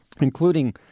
including